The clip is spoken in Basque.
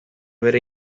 bera